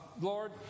lord